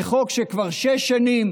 זה חוק שכבר שש שנים,